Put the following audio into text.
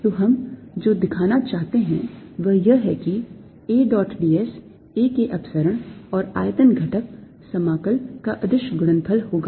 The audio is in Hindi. तो हम जो दिखाना चाहते हैं वह यह है कि A dot d s A के अपसरण और आयतन घटक समाकल का अदिश गुणनफल होगा